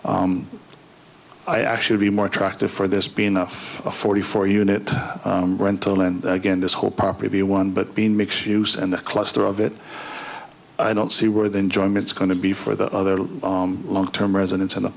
that i should be more attractive for this be enough a forty four unit rental and again this whole property be one but being mixed use and the cluster of it i don't see where the enjoyment is going to be for the other long term residents and a